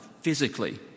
physically